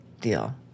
Deal